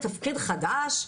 בתפקיד חדש,